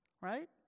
right